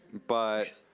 but,